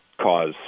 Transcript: cause